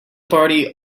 party